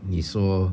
你说